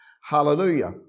Hallelujah